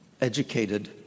educated